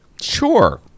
Sure